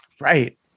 Right